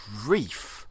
grief